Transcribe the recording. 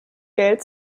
geld